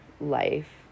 life